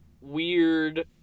weird